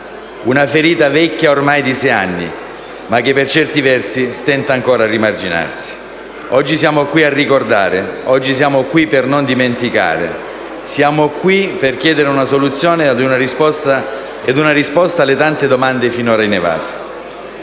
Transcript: Una ferita vecchia ormai di sei anni, ma che per certi versi stenta ancora a rimarginarsi. Oggi siamo qui a ricordare, oggi siamo qui per non dimenticare, siamo qui per chiedere una soluzione ed una risposta alle tante domande finora inevase.